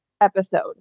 episode